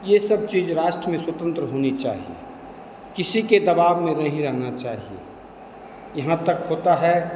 यह सब चीज़ राष्ट्र में स्वतंत्र होनी चाहिए किसी के दबाव में नहीं रहना चाहिए यहाँ तक होता है